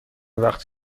وقتی